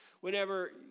Whenever